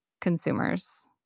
consumers